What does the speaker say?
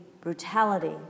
brutality